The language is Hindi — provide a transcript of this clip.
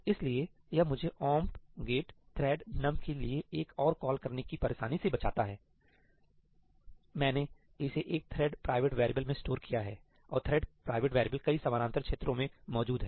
इसलिए यह मुझे omp get thread num के लिए एक और कॉल करने की परेशानी से बचाता है मैंने इसे एक थ्रेड प्राइवेट वैरिएबल में स्टोर किया है और थ्रेड प्राइवेट वैरिएबल कई समानांतर क्षेत्रों में मौजूद हैं